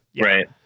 Right